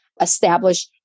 establish